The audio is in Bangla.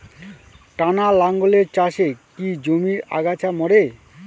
টানা লাঙ্গলের চাষে কি জমির আগাছা মরে?